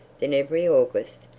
then every august,